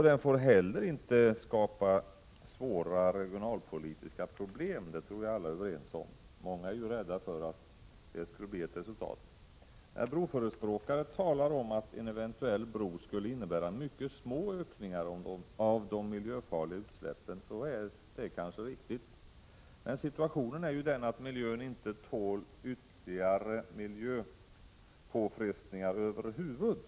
Den får inte heller skapa svåra regionalpolitiska problem — det tror jag att vi alla är överens om. Sådana problem är många rädda för. När broförespråkare säger att en eventuell bro skulle innebära mycket små ökningar av de miljöfarliga utsläppen, är detta kanske riktigt. Men situationen är den att miljön inte tål ytterligare miljöpåfrestningar över huvud taget.